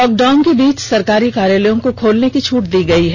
lockdown के बीच सरकारी कार्यालयों को खोलने की छूट दी गयी है